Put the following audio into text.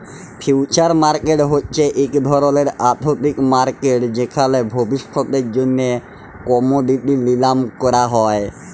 future market হছে ইক ধরলের আথ্থিক মার্কেট যেখালে ভবিষ্যতের জ্যনহে কমডিটি লিলাম ক্যরা হ্যয়